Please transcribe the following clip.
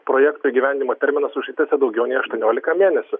projektų įgyvendinimo terminas užsitęsė daugiau nei aštuoniolika mėnesių